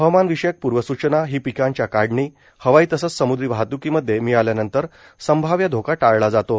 हवामान विषयक पूर्वसूचना ही पिकांच्या काढणी हवाई तसंच समूद्री वाहतूकीमध्ये मिळाल्यानंतर संभाव्य धोका टाळला जातो